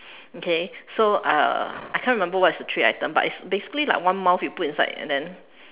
okay so uh I can't remember what's the three item but it's basically like one mouth you put inside and then